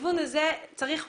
בכיוון הזה צריך אומץ,